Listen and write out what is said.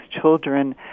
children